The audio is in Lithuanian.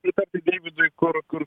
pritarti deividui kur kur